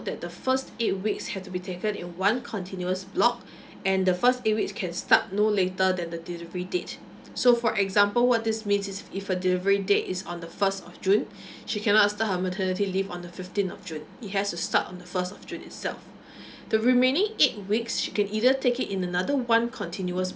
that the first eight weeks have to be taken in one continuous block and the first eight weeks can start no later than the delivery date so for example what this means is if a delivery date is on the first of june she cannot start her maternity leave on the fifteen of june it has to start on the first of june itself the remaining eight weeks she can either take it in another one continuous